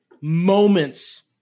moments